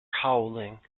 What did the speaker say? howling